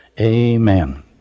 amen